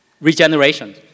Regeneration